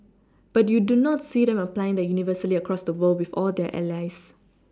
but you do not see them applying that universally across the world with all their allies